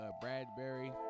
Bradbury